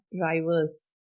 drivers